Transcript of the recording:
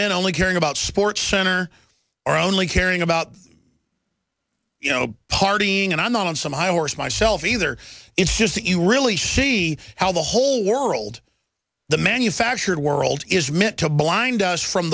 men only caring about sports center are only caring about you know partying and i'm not on some high horse myself either it's just that you really see how the whole world the manufactured world is meant to blind us from